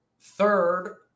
third